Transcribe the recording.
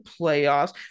playoffs